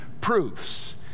proofs